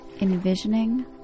Envisioning